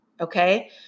Okay